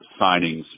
signings